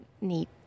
neat